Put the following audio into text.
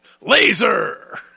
laser